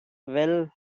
well